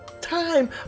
time